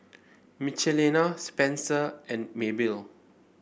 Michelina Spencer and Maybelle